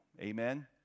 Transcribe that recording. Amen